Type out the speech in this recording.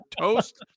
toast